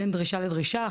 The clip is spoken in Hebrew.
בין דרישה לדרישה,